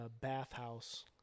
bathhouse